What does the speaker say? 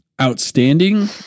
outstanding